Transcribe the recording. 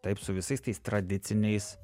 taip su visais tais tradiciniais